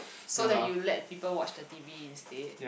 so that you let people watch the T_V instead